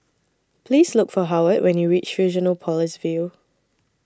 Please Look For Howard when YOU REACH Fusionopolis View